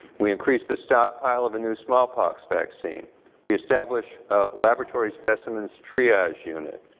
we increased the stockpile of a new smallpox vaccine we established laboratory specimens triage unit,